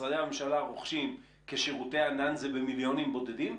משרדי הממשלה רוכשים כשירותי הענן זה במיליונים בודדים?